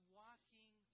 walking